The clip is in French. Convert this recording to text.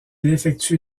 effectue